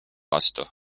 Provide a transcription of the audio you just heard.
vastu